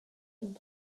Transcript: and